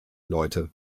leute